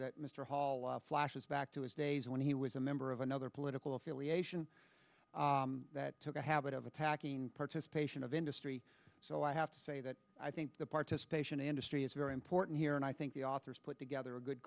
that mr hall flashes back to his days when he was a member of another political affiliation that took a habit of attacking participation of industry so i have to say that i think the participation industry is very important here and i think the authors put together a good